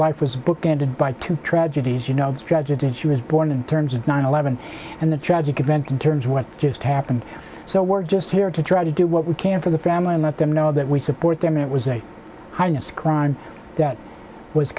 life was bookended by two tragedies you know it's tragic that she was born in terms of nine eleven and the tragic event in terms of what just happened so we're just here to try to do what we can for the family and let them know that we support them and it was a highness crime that was